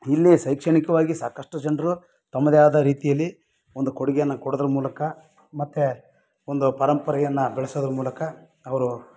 ಇಲ್ಲಿ ಶೈಕ್ಷಣಿಕವಾಗಿ ಸಾಕಷ್ಟು ಜನರು ತಮ್ಮದೇ ಆದ ರೀತಿಯಲ್ಲಿ ಒಂದು ಕೊಡುಗೆಯನ್ನ ಕೊಡೋದ್ರ ಮೂಲಕ ಮತ್ತು ಒಂದು ಪರಂಪರೆಯನ್ನು ಬೆಳೆಸೋದ್ರ ಮೂಲಕ ಅವರು